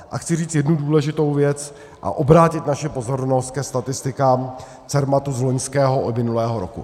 A chci říct jednu důležitou věc a obrátit naši pozornost ke statistikám Cermatu z loňského a minulého roku.